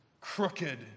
crooked